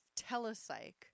telepsych